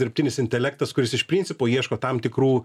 dirbtinis intelektas kuris iš principo ieško tam tikrų